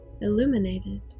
illuminated